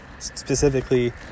specifically